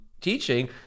teaching